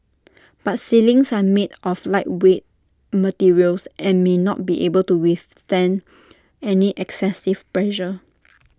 but ceilings are made of lightweight materials and may not be able to withstand any excessive pressure